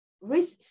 risk